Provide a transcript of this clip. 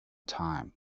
time